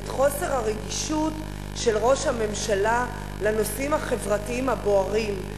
את חוסר הרגישות של ראש הממשלה לנושאים החברתיים הבוערים.